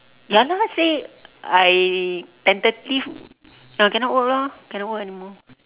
ya lah say I tentative ya cannot work lor cannot work anymore